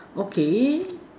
okay